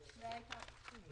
זה לא עולה מהצעת